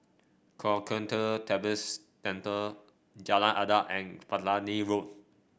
Kwan Yam Theng Buddhist Temple Jalan Adat and Platina Road